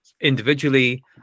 individually